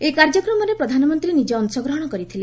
ଏହି କାର୍ଯ୍ୟକ୍ରମରେ ପ୍ରଧାନମନ୍ତ୍ରୀ ନିଜେ ଅଂଶଗ୍ରହଣ କରିଥିଲେ